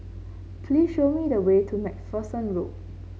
please show me the way to MacPherson Road